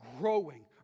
growing